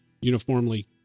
uniformly